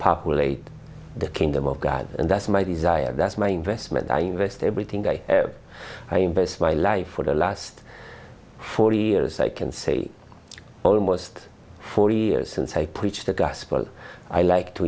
populate the kingdom of god and that's my desire that's my investment i invest everything i invest my life for the last forty years i can say almost forty years since i preach the gospel i like to